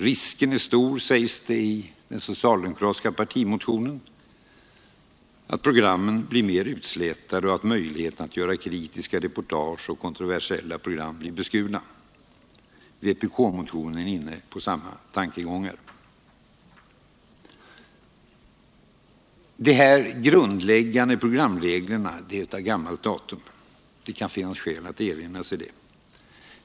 Risken är stor, sägs det i den socialdemokratiska partimotionen, att programmen blir mera utslätade och att möjligheterna att göra kritiska reportage och kontroversiella program blir beskurna. I vpk-motionen är man inne på samma tankegångar. Det kan finnas skäl att erinra om att dessa grundläggande programregler är av gammalt datum.